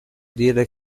dire